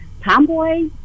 tomboy